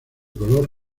color